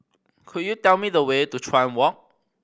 could you tell me the way to Chuan Walk